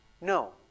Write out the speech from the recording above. No